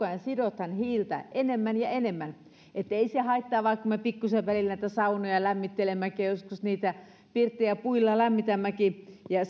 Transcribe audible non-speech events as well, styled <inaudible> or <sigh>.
<unintelligible> ajan sidotaan hiiltä enemmän ja enemmän niin että ei se haittaa vaikka me pikkusen välillä niitä saunoja lämmittelemmekin ja joskus niitä pirttejä puilla lämmitämmekin ja <unintelligible>